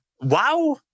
wow